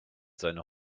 seine